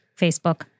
Facebook